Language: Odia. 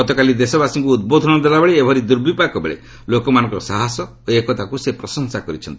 ଗତକାଲି ଦେଶବାସୀଙ୍କୁ ଉଦ୍ବୋଧନ ଦେଲାବେଳେ ଏଭଳି ଦୁର୍ବିପାକ ବେଳେ ଲୋକମାନଙ୍କର ସାହସ ଓ ଏକତାକୁ ପ୍ରଶଂସା କରିଛନ୍ତି